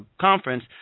conference